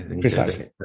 Precisely